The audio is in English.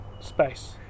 space